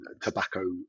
tobacco